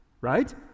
right